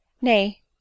nay